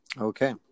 Okay